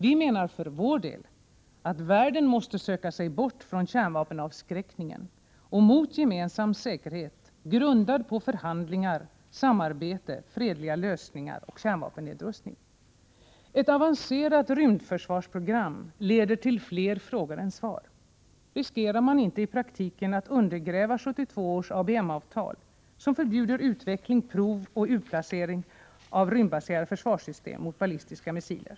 Vi menar för vår del att världen måste söka sig bort från kärnvapenavskräckningen och mot gemensam säkerhet grundad på förhandlingar, samarbete, fredliga lösningar och kärnvapennedrustning. Ett avancerat rymdförsvarsprogram leder till fler frågor än svar: Oo Riskerar man inte i praktiken att undergräva 1972 års ABM-avtal, som förbjuder utveckling, prov och utplacering av rymdbaserade försvarssystem mot ballistiska missiler?